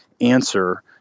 answer